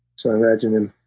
so imagine them,